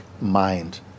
mind